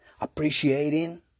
Appreciating